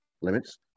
limits